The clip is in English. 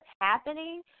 happening